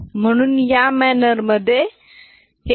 म्हणून या मॅनेर मधे रेप्रेसेंट केले जातात